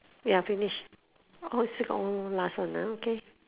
ya finish orh you still got one more last one ah okay